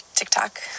TikTok